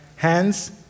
Hands